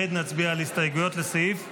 וכעת נצביע על הסתייגויות לסעיף -- תמשיך.